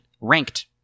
ranked